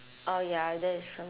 oh ya that is some